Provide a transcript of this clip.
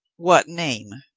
what name?